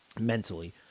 mentally